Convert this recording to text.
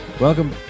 welcome